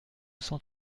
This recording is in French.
cent